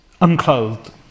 unclothed